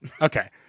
Okay